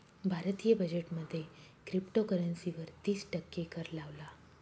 भारतीय बजेट मध्ये क्रिप्टोकरंसी वर तिस टक्के कर लावला